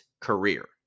career